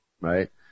right